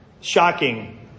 shocking